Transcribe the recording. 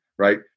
right